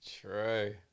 True